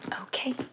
Okay